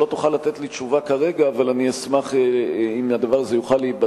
שלא תוכל לתת לי תשובה כרגע אבל אני אשמח אם הדבר הזה ייבדק.